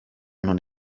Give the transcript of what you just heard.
non